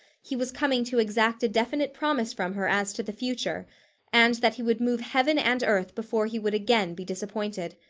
he was coming to exact a definite promise from her as to the future and that he would move heaven and earth before he would again be disappointed.